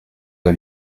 pas